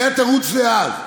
זה היה תירוץ לאז.